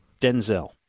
Denzel